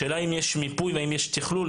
השאלה היא אם יש מיפוי ואם יש תכלול.